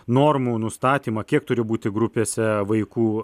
normų nustatymą kiek turi būti grupėse vaikų